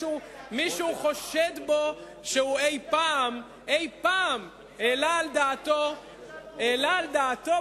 מישהו חושד בו שהוא אי-פעם העלה על דעתו בכלל